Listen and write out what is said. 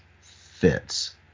fits